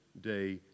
day